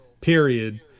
period